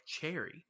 cherry